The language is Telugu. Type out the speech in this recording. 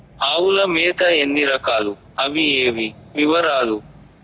ఆవుల మేత ఎన్ని రకాలు? అవి ఏవి? వివరాలు?